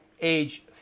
age